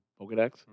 Pokedex